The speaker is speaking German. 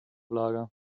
lager